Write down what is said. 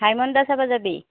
ভাইমন দা চাবা যাবি